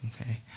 Okay